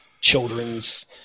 children's